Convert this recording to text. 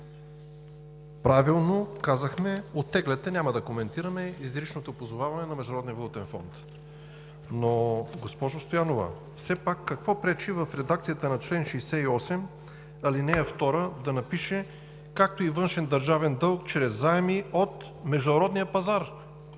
Правилно казахме – оттегляте, няма да коментираме изричното позоваване на Международния валутен фонд. Но, госпожо Стоянова, все пак какво пречи в редакцията на чл. 68, ал. 2 да напишем: „както и външен държавен дълг чрез заеми от международния пазар“?